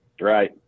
right